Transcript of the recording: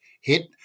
hit